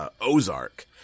Ozark